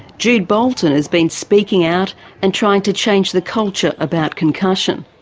jude bolton has been speaking out and trying to change the culture about concussion,